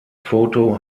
photo